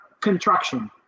contraction